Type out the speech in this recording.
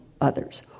others